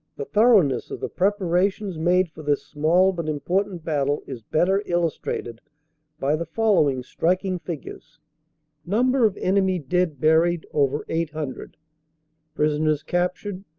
the thoroughness of the preparations made for this small but important battle is better illustrated by the following striking figures number of enemy dead buried, over eight hundred prisoners captured,